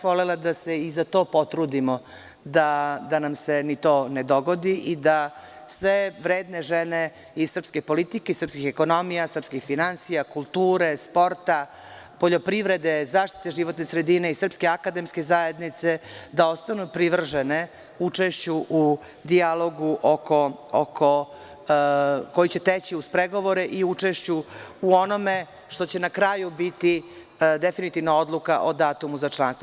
Volela bih da se i za to potrudimo, da nam se ni to ne dogodi i da sve vredne žene iz srpske politike, srpskih ekonomija, srpskih finansija, kulture, sporta, poljoprivrede, zaštite životne sredine i Srpske akademske zajednice ostanu privržene učešću u dijalogu koji će teži uz pregovore i učešću u onome što će na kraju biti definitivna odluka o datumu za članstvo.